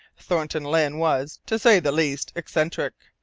thornton lyne was, to say the least, eccentric.